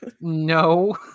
No